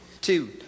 Two